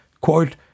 quote